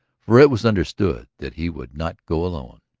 for it was understood that he would not go alone.